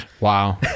Wow